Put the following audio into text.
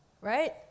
Right